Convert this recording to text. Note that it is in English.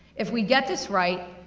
if we get this right,